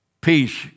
peace